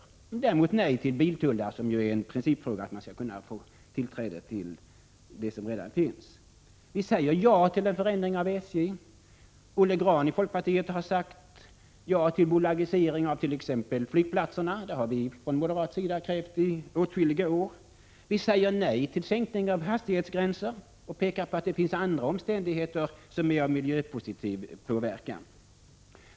Däremot säger vi nej till biltullar, eftersom det är en princip att man skall kunna få tillträde till det som redan finns. Vi säger ja till en förändring av SJ. Olle Grahn i folkpartiet har sagt ja till en bolagisering av t.ex. flygplatserna. Detsamma har moderata samlingspartiet krävt i åtskilliga år. Vi säger nej till en sänkning av hastighetsgränser och pekar på att det finns andra omständigheter som har en miljöpositiv verkan.